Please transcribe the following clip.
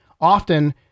Often